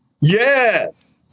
Yes